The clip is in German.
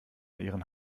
ihren